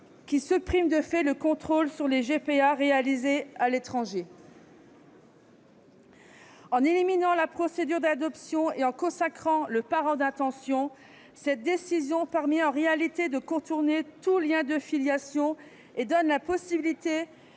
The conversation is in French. qui supprime de fait le contrôle sur les gestations pour autrui (GPA) réalisées à l'étranger. En éliminant la procédure d'adoption et en consacrant le parent d'intention, cette décision permet en réalité de contourner tout lien de filiation et donne la possibilité